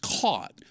caught